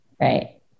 Right